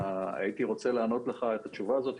הייתי רוצה לענות לך את התשובה הזאת,